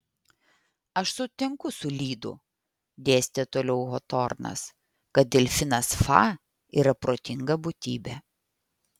aš sutinku su lydu dėstė toliau hotornas kad delfinas fa yra protinga būtybė